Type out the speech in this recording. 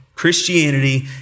Christianity